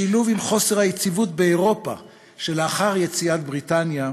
בשילוב עם חוסר היציבות באירופה שלאחר יציאת בריטניה,